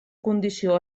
condició